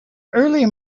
early